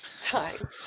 time